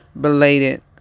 belated